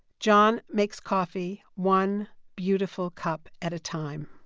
john makes coffee one beautiful cup at a time